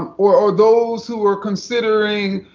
um or or those who were considering,